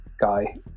guy